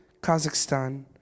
Kazakhstan